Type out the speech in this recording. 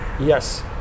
Yes